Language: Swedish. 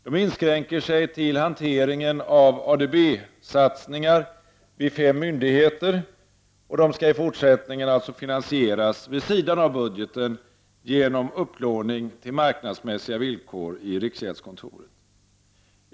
De inskränker sig till hanteringen av ADB-satsningar vid fem myndigheter, som i fortsättningen skall finansieras vid sidan av budgeten genom upplåning till marknadsmässiga villkor i riksgäldskontoret.